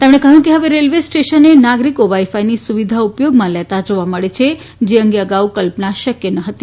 તેમણે કહ્યું કે હવે રેલવે સ્ટેશને નાગરિકો વાઈફાઈની સુવિધા ઉપયોગમાં લેતા જાવા મળે છે જે અંગે અગાઉ કલ્પના શક્ય ન હતી